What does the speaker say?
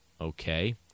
Okay